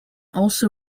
also